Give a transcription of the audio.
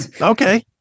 okay